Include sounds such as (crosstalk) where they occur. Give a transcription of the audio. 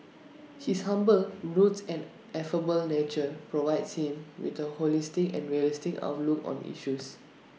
(noise) his humble roots and affable nature provides him with A holistic and realistic outlook on issues